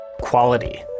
Quality